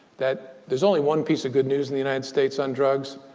that there's only one piece of good news in the united states on drugs.